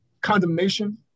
condemnation